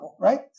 right